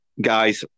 Guys